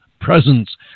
presence